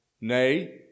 Nay